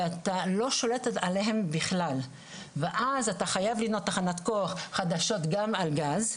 ואתה לא שולט עליהם בכלל ואז אתה חייב לבנות תחנות כוח חדשות גם על גז,